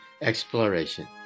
exploration